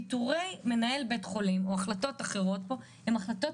פיטורי מנהל בית חולים או החלטות אחרות פה הן החלטות פנימיות.